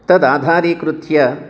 तद् आधारीकृत्य